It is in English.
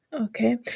okay